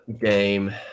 game